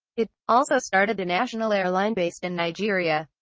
it also started a national airline based in nigeria,